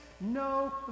no